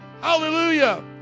Hallelujah